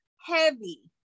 heavy